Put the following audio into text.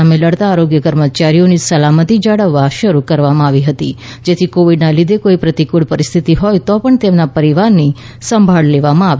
સામે લડતા આરોગ્ય કર્મચારીઓની સલામતી જાળવવા શરૂ કરવામાં આવી હતી જેથી કોવીડને લીધે કોઈ પ્રતિફ્રળ પરિસ્થિતિ હોય તો પણ તેમના પરિવારની સંભાળ લેવામાં આવે